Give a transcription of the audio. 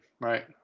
right